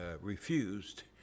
refused